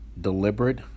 deliberate